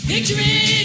Victory